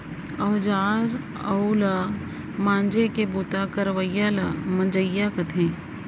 औजार उव ल मांजे के बूता करवइया ल मंजइया कथें